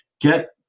get